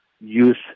use